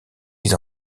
mis